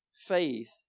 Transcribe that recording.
Faith